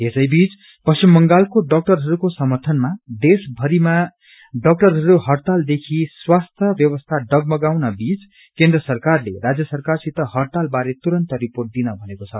यसैबीच पश्चिम बांगलको डाक्टरहरूको समर्थनमा देशभरिमा डाक्अरहरूको हड़ताल देखि स्वासयि व्यवस्था डगमगानउन बीच केन्द्र सरकारले राजय सरकारसति हड़ताल बारे तुरून्त रिर्पोअ दन भनेको छ